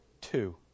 Two